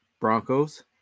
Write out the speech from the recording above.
Broncos